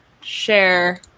share